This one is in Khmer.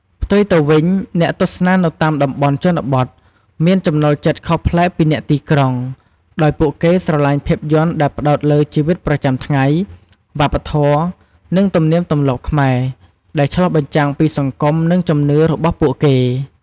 ផ្ទុយទៅវិញ អ្នកទស្សនានៅតាមតំបន់ជនបទមានចំណូលចិត្តខុសប្លែកពីអ្នកទីក្រុង ដោយពួកគេស្រឡាញ់ភាពយន្តដែលផ្ដោតលើ ជីវិតប្រចាំថ្ងៃ វប្បធម៌ និងទំនៀមទម្លាប់ខ្មែរ ដែលឆ្លុះបញ្ចាំងពីសង្គម និងជំនឿរបស់ពួកគេ។